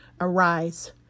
Arise